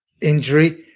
injury